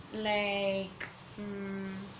like mm